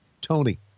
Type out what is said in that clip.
Tony